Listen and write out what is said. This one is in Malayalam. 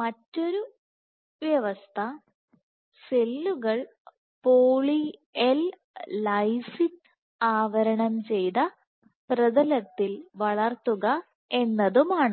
മറ്റൊരു അവസ്ഥ സെല്ലുകൾ പോളി എൽ ലൈസിൻ ആവരണം ചെയ്ത പ്രതലത്തിൽവളർത്തുക എന്നതുമാണ്